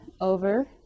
over